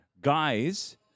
guys